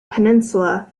peninsula